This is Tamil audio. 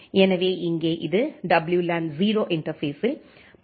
எனவே இங்கே இது WLAN 0 இன்டர்பேஸ்ஸில் பாக்கெட்டுகளை கைப்பற்றுகிறது